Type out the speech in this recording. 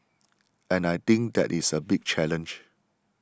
and I think that is a big challenge